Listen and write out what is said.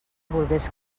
volgués